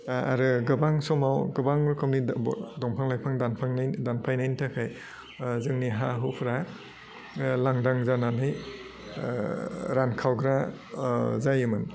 आह आरो गोबां समाव गोबां रोखोमनि दंफां लाइफां दानफ्लांनाय दानफायनाइनि थाखाय ओह जोंनि हा हुफ्रा ओह लांदां जानानै ओह रानखावग्रा ओह जायोमोन